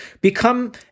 become